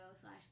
slash